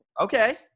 okay